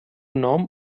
nom